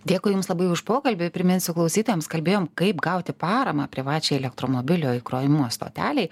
dėkui jums labai už pokalbį priminsiu klausytojams kalbėjom kaip gauti paramą privačiai elektromobilio įkrovimo stotelei